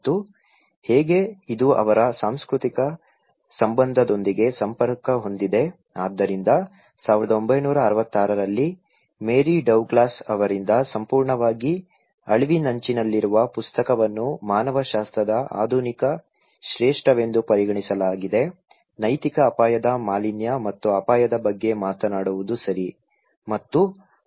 ಮತ್ತು ಹೇಗೆ ಇದು ಅವರ ಸಾಂಸ್ಕೃತಿಕ ಸಂಬಂಧದೊಂದಿಗೆ ಸಂಪರ್ಕ ಹೊಂದಿದೆ ಆದ್ದರಿಂದ 1966 ರಲ್ಲಿ ಮೇರಿ ಡೌಗ್ಲಾಸ್ ಅವರಿಂದ ಸಂಪೂರ್ಣವಾಗಿ ಅಳಿವಿನಂಚಿನಲ್ಲಿರುವ ಪುಸ್ತಕವನ್ನು ಮಾನವಶಾಸ್ತ್ರದ ಆಧುನಿಕ ಶ್ರೇಷ್ಠವೆಂದು ಪರಿಗಣಿಸಲಾಗಿದೆ ನೈತಿಕ ಅಪಾಯದ ಮಾಲಿನ್ಯ ಮತ್ತು ಅಪಾಯದ ಬಗ್ಗೆ ಮಾತನಾಡುವುದು ಸರಿ